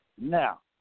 Now